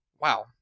Wow